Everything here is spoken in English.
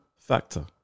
factor